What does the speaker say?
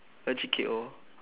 legit K_O